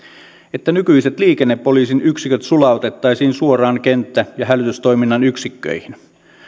että nykyiset liikennepoliisin yksiköt sulautettaisiin suoraan kenttä ja hälytystoiminnan yksiköihin